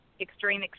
extreme